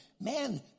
Man